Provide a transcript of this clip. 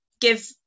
give